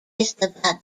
eisteddfod